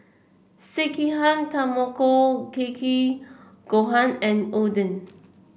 Sekihan Tamago Kake Gohan and Oden